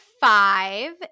five